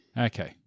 Okay